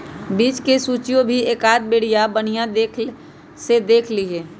बीज के सूचियो भी एकाद बेरिया बनिहा से देख लीहे